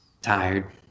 Tired